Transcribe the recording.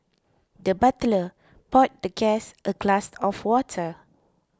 the butler poured the guest a glass of water